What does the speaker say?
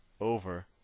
over